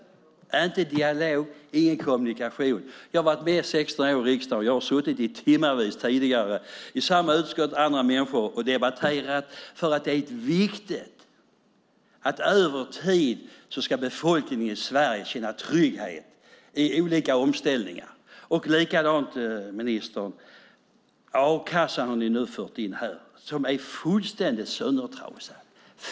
Det finns ingen dialog och det sker ingen kommunikation. Jag har varit med i 16 år i riksdagen, och jag har suttit i timtal tidigare i samma utskott med andra människor och debatterat. Det är viktigt att befolkningen i Sverige över tid kan känna trygghet i olika omställningar. Det gäller också a-kassan, ministern, som ni nu har fört in här. Den är fullständigt söndertrasad.